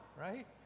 right